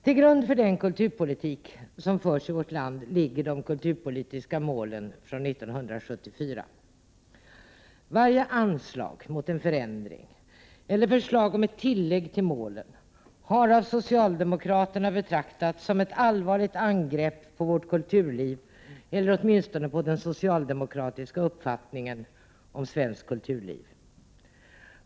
Till grund för den kulturpolitik som förs i vårt land ligger de kulturpolitiska målen från 1974. Varje anslag mot en förändring eller förslag om ett tillägg till målen har av socialdemokraterna betraktats som ett allvarligt angrepp på vårt kulturliv, eller åtminstone på den socialdemokratiska uppfattningen om svenskt kulturliv.